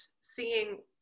seeing